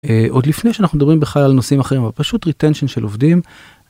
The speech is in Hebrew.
עוד לפני שאנחנו מדברים בכלל על נושאים אחרים, פשוט retention של עובדים.